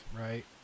right